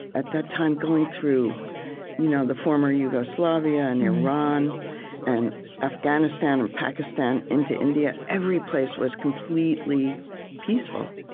at that time, going through you know the former yugoslavia and iran and afghanistan and pakistan into india, every place was completely peaceful.